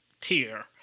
tier